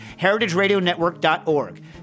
heritageradionetwork.org